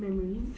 memories